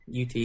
UT